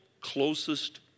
closest